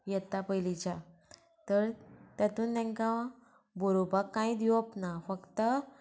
येत्ता पयलीच्या तर तेतून तांकां बरोवपाक कांय दिवप ना फक्त